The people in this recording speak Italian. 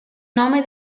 nome